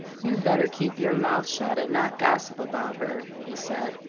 you better keep your mouth shut, and not gossip about her, he said.